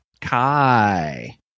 Kai